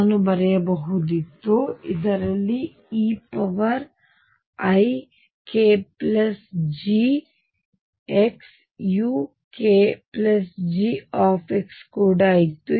ನಾನು ಬರೆಯಬಹುದಿತ್ತು ಇದರಲ್ಲಿ eikGxukG ಕೂಡ ಇದೆ